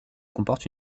comporte